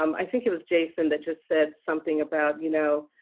um i think it was jason that just said something about, you know,